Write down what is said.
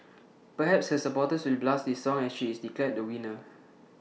perhaps her supporters will blast this song as she is declared the winner